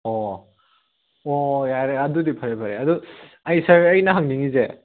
ꯑꯣꯑꯣ ꯑꯣ ꯌꯥꯔꯦ ꯑꯗꯨꯗꯤ ꯐꯔꯦ ꯐꯔꯦ ꯑꯗꯣ ꯑꯩ ꯁꯥꯔ ꯑꯩꯅ ꯍꯪꯅꯤꯡꯉꯤꯁꯦ